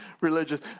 religious